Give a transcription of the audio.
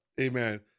amen